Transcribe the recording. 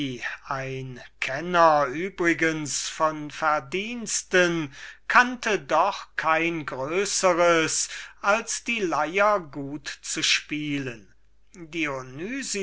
ein kenner übrigens von verdiensten kannte doch kein größeres als die leier gut zu spielen